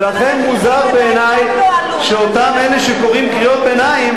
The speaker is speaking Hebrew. ולכן מוזר בעיני שאותם אלה שקוראים קריאות ביניים